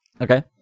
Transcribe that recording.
Okay